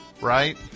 right